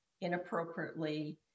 inappropriately